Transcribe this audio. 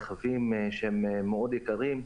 רכבים מאוד יקרים,